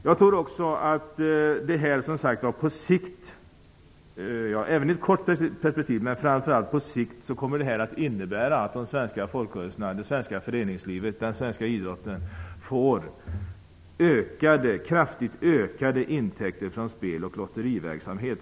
Jag tror att detta såväl i ett kort perspektiv som på sikt kommer att innebära att de svenska folkrörelserna, det svenska föreningslivet och den svenska idrottsrörelsen får kraftigt ökade intäkter från spel och lotteriverksamhet.